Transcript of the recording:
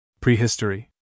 Prehistory